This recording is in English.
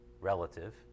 relative